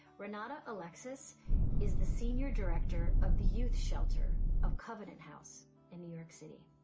rinata alexis is the senior director of the youth shelter of covenant house in new york city.